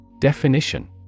Definition